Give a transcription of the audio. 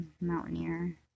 Mountaineer